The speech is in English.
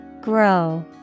Grow